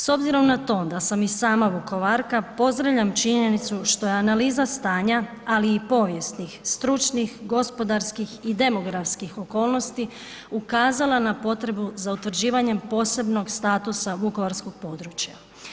S obzirom na to da sam i sama Vukovarka, pozdravljam činjenicu što je analiza stanja ali i povijesnih, stručnih, gospodarskih i demografskih okolnosti ukazala na potrebu za utvrđivanjem posebnog statusa vukovarskog područja.